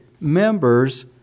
members